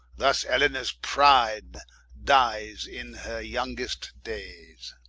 thus elianors pride dyes in her youngest dayes